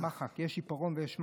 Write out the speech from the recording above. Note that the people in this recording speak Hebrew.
יש עיפרון ויש מחק.